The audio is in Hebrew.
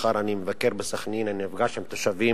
מחר אני מבקר בסח'נין, אני נפגש עם תושבים